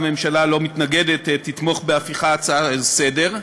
הממשלה לא מתנגדת ותתמוך בהפיכתה להצעה לסדר-היום.